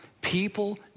People